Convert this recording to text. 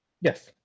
Yes